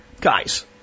guys